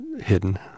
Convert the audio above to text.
hidden